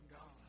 God